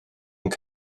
wedi